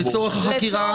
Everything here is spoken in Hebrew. לצורך החקירה גופא.